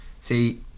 See